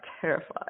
terrified